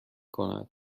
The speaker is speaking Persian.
کند